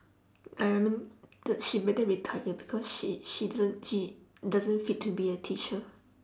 I mean th~ she better retire because she she doesn't she doesn't fit to be a teacher